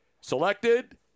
selected